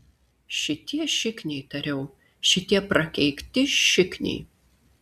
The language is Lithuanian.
šitie šikniai tariau šitie prakeikti šikniai